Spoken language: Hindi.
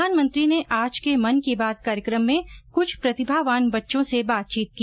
प्रधानमंत्री ने आज के मन की बात कार्यक्रम में क्छ प्रतिभावान बच्चों से बातचीत की